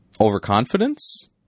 overconfidence